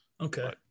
Okay